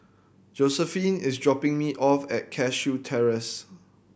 Josiephine is dropping me off at Cashew Terrace